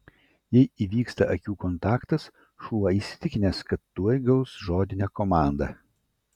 jei įvyksta akių kontaktas šuo įsitikinęs kad tuoj gaus žodinę komandą